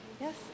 Yes